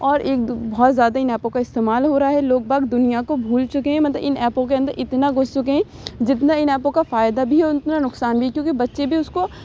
اور ایک دو بہت زیادہ اِن ایپوں کا استعمال ہو رہا ہے لوگ باغ دُنیا کو بھول چُکے ہیں مت اِن ایپوں کے اندر اتنا گُھس چُکے ہیں جتنا اِن ایپوں کا فائدہ بھی ہے اتنا نقصان بھی کیوں کہ بچے بھی اُس کو